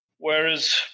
Whereas